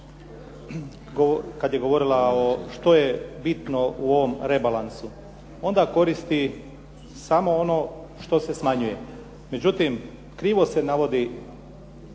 kad je govorila što je bitno u ovom rebalansu onda koristi samo ono što se smanjuje. Međutim, krivo se navodi